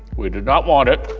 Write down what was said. we did not want it.